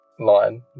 line